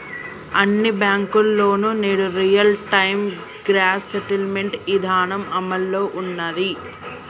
అన్ని బ్యేంకుల్లోనూ నేడు రియల్ టైం గ్రాస్ సెటిల్మెంట్ ఇదానం అమల్లో ఉన్నాది